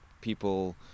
people